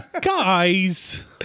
guys